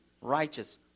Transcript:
righteous